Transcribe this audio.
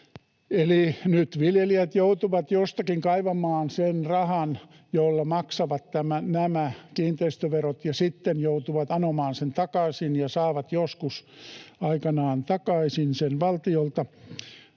Eli nyt viljelijät joutuvat jostakin kaivamaan sen rahan, jolla maksavat nämä kiinteistöverot, ja sitten joutuvat anomaan sen takaisin ja saavat joskus aikanaan takaisin sen valtiolta